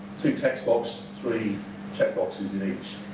two text boxes, three check boxes in each.